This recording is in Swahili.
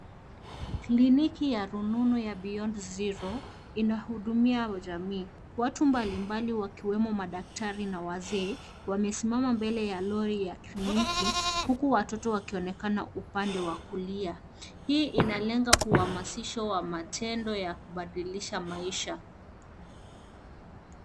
Kliniki ya rununu ya beyond zero , inahudumia jamii, watu mbalimbali ikiwemo madaktari, na wazee, wamesimama mbele ya lori ya kliniki, huku watoto wakionekana upande wa kulia. Hii inalenga uhamasisho wa matendo ya kubadilisha maisha.